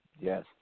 Yes